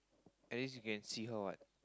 at least you can see her what